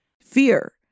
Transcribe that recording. fear